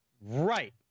Right